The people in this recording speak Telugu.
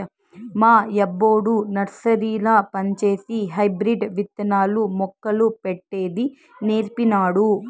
మా యబ్బొడు నర్సరీల పంజేసి హైబ్రిడ్ విత్తనాలు, మొక్కలు పెట్టేది నీర్పినాడు